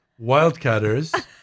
Wildcatters